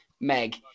Meg